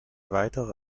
weitere